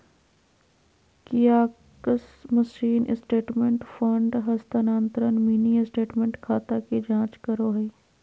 kiosk machine statement, fund हस्तानान्तरण, mini statement, खाता की जांच करो हइ